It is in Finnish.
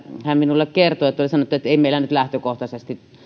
hän kertoi minulle että ainakin tässä yhteydessä oli sanottu että ei meillä nyt lähtökohtaisesti